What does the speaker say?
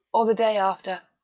or the day after.